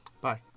bye